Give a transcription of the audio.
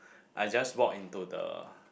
I just walk into the